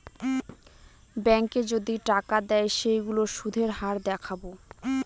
ব্যাঙ্কে যদি টাকা দেয় সেইগুলোর সুধের হার দেখাবো